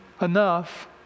enough